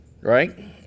Right